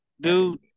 dude